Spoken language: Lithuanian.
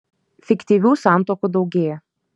fiktyvių santuokų daugėja